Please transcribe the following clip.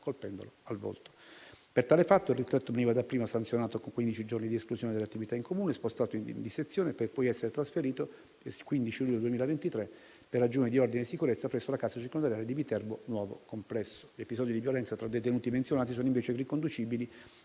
colpendolo al volto. Per tale fatto il ristretto veniva dapprima sanzionato con quindici giorni di esclusione dalle attività in comune, spostato di sezione, per poi essere trasferito, il 15 luglio 2023, per ragioni di ordine e sicurezza, presso la casa circondariale di Viterbo, nuovo complesso. Gli episodi di violenza tra detenuti menzionati sono invece riconducibili